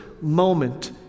moment